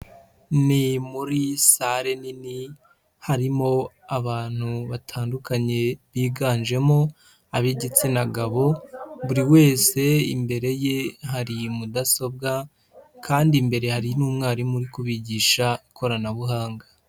Ni muri sale nini harimo abantu batandukanye biganjemo ab'igitsina gabo, buri wese imbere ye hari mudasobwa kandi imbere hari n'umwarimu uri kubigisha ikoranabuhanga.